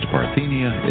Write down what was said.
Parthenia